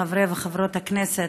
חברי וחברות הכנסת,